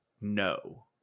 no